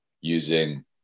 using